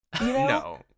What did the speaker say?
No